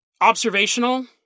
observational